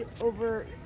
over